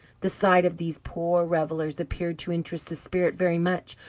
the sight of these poor revellers appeared to interest the spirit very much,